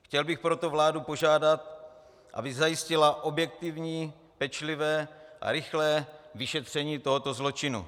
Chtěl bych proto vládu požádat, aby zajistila objektivní, pečlivé a rychlé vyšetření tohoto zločinu.